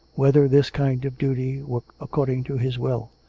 whether this kind of duty were according to his will.